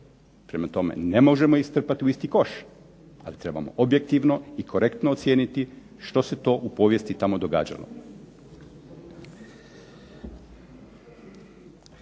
Prema tome, ne možemo ih strpati u isti koš, ali trebamo objektivno i korektno ocijeniti što se to u povijesti tamo događalo.